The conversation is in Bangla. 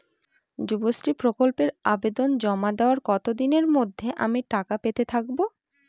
যুবশ্রী প্রকল্পে আবেদন জমা দেওয়ার কতদিনের মধ্যে আমি টাকা পেতে থাকব?